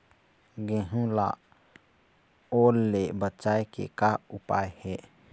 गेहूं ला ओल ले बचाए के का उपाय हे?